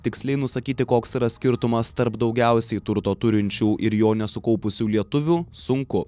tiksliai nusakyti koks yra skirtumas tarp daugiausiai turto turinčių ir jo nesukaupusių lietuvių sunku